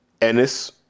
Ennis